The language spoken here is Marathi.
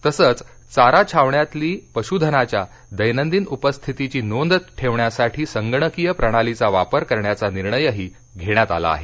तसंच चारा छावण्यांतली पशुधनाच्या दैनंदिन उपस्थितीची नोंद करण्यासाठी संगणकीय प्रणालीचा वापर करण्याचा निर्णय घेण्यात आला आहे